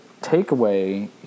takeaway